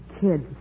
kids